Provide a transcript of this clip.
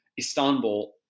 Istanbul